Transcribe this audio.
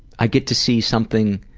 i get to see something